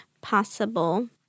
possible